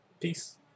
Peace